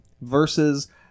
versus